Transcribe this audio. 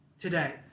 today